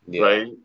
right